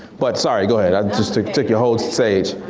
but sorry go ahead, i just took took your whole stage.